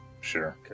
Sure